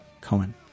Cohen